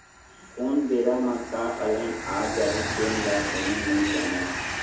कोन बेरा म का अलहन आ जाही तेन ल कोनो नइ जानय